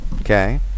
Okay